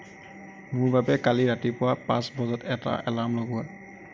মোৰ বাবে কালি ৰাতিপুৱা পাঁচ বজাত এটা এলাৰ্ম লগোৱা